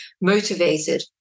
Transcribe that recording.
motivated